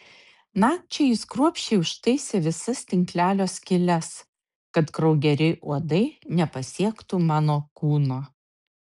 nakčiai jis kruopščiai užtaisė visas tinklelio skyles kad kraugeriai uodai nepasiektų mano kūno